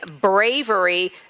bravery